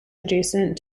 adjacent